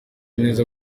neza